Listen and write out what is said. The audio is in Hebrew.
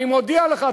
אני מודיע לך,